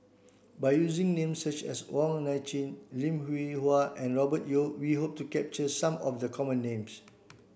by using names such as Wong Nai Chin Lim Hwee Hua and Robert Yeo we hope to capture some of the common names